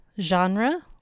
Genre